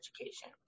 education